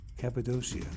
Cappadocia